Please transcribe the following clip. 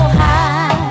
high